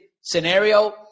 scenario